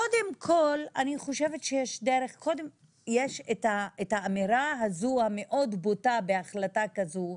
קודם כל יש את האמירה הזאת המאוד בוטה בהחלטה כזו,